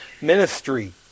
ministry